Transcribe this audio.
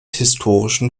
historischen